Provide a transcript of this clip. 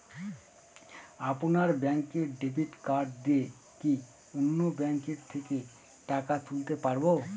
আপনার ব্যাংকের debit card দিয়ে কি অন্য ব্যাংকের থেকে টাকা তুলতে পারবো?